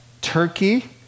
Turkey